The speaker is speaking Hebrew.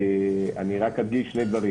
אגיד רק שני דברים.